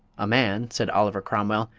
a man, said oliver cromwell,